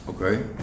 Okay